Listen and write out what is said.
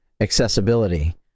Accessibility